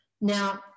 Now